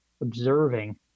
observing